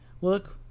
look